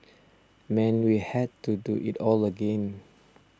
meant we had to do it all again